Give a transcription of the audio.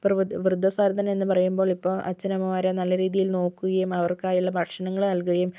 ഇപ്പോൾ വൃദ്ധസദനം എന്ന് പറയുമ്പോൾ ഇപ്പോൾ അച്ഛനമ്മമ്മാരെ നല്ല രീതിയിൽ നോക്കുകയും അവർക്കായുള്ള ഭക്ഷണങ്ങൾ നൽകുകയും